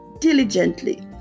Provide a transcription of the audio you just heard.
diligently